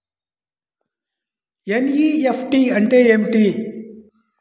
NEFT అంటే ఏమిటి?